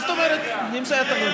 מה זאת אומרת אם זה היה תלוי בך?